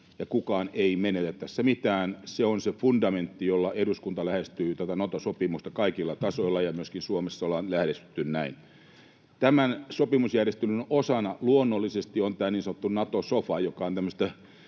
kukaan ei menetä tässä mitään — se on se fundamentti, jolla eduskunta lähestyy tätä Nato-sopimusta kaikilla tasoilla, ja myöskin Suomessa ollaan lähestytty näin. Tämän sopimusjärjestelyn osana luonnollisesti on tämä niin sanottu Nato-sofa, joka on tämmöistä